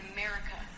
America